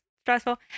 stressful